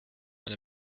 eine